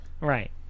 Right